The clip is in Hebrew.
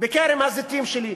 בכרם הזיתים שלי.